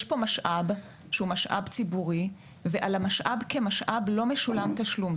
יש פה משאב שהוא משאב ציבורי ועל המשאב כמשאב לא משולם תשלום,